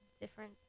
different